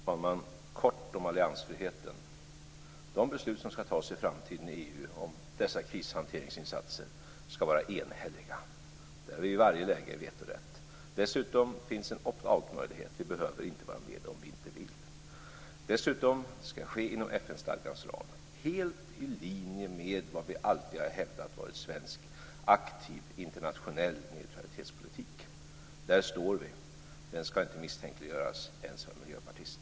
Herr talman! Först kort om alliansfriheten: De beslut som i framtiden skall tas i EU om dessa krishanteringsinsatser skall vara enhälliga. Där har vi i varje läge vetorätt. Dessutom finns det en opt outmöjlighet; vi behöver inte vara med om vi inte vill. Vidare skall det ske inom FN-stadgans ram, helt i linje med vad vi alltid har hävdat varit svensk aktiv internationell neutralitetspolitik - där står vi - och den skall inte misstänkliggöras ens av en miljöpartist.